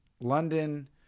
london